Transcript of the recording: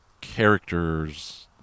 characters